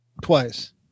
twice